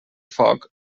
foc